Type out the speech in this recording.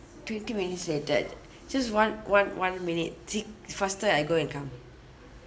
twenty minutes later just one one one minute see faster I go and come